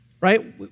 right